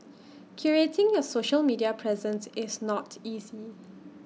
curating your social media presence is not easy